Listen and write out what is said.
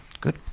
Good